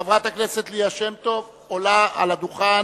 חברת הכנסת שמטוב עולה על הדוכן.